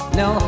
no